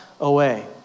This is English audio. away